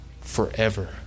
forever